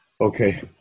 okay